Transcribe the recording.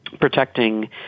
protecting